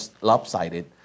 lopsided